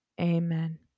Amen